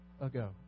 ago